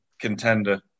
contender